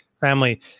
family